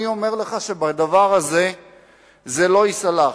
אני אומר לך שבדבר הזה זה לא ייסלח.